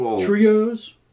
Trios